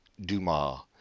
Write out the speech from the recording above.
Dumas